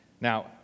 Now